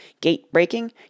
Gate-breaking